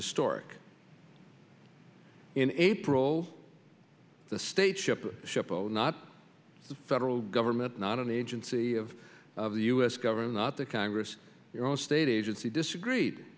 historic in april the state's chip shop alone not the federal government not an agency of the u s government not the congress your own state agency disagreed